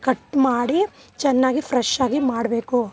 cut ಮಾಡಿ ಚೆನ್ನಾಗಿ ಫ್ರೆಶ್ಶಾಗಿ ಮಾಡಬೇಕು